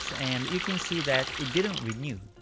and you can see that it didn't renew.